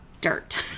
Dirt